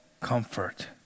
comfort